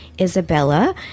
Isabella